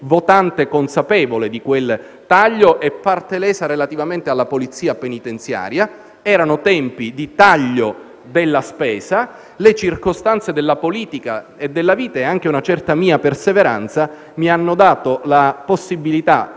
votante, consapevole di quel taglio e parte lesa relativamente alla polizia penitenziaria. Erano tempi di taglio della spesa ma le circostanze della politica e della vita, e anche una certa mia perseveranza, mi hanno dato la possibilità,